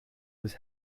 was